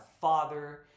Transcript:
father